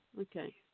Okay